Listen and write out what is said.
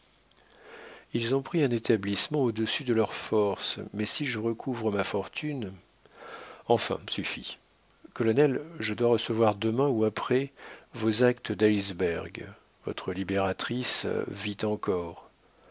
ils ont pris un établissement au-dessus de leurs forces mais si je recouvre ma fortune enfin suffit colonel je dois recevoir demain ou après vos actes d'heilsberg votre libératrice vit encore